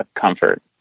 comfort